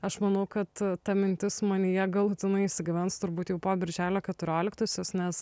aš manau kad ta mintis manyje galutinai įsigyvens turbūt jau po birželio keturioliktosios nes